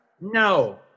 No